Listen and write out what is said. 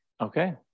Okay